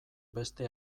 beste